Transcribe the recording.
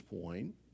point